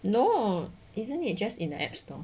no isn't it just in the app store